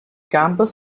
campus